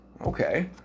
Okay